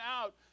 out